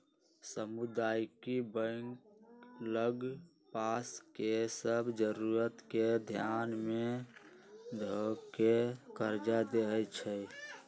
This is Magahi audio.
सामुदायिक बैंक लग पास के सभ जरूरत के ध्यान में ध कऽ कर्जा देएइ छइ